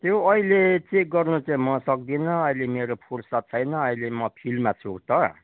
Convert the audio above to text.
त्यो अहिले चेक गर्नु चाहिँ म सक्दिनँ अहिले मेरो फुर्सद छैन अहिले म फिल्डमा छु त